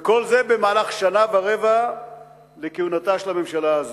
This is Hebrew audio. וכל זה במהלך שנה ורבע לכהונתה של הממשלה הזו.